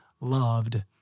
loved